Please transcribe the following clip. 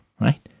right